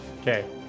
Okay